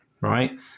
Right